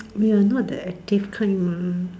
we are not the active kind mah